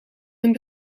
hun